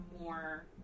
more